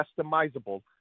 customizable